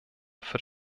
für